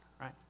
right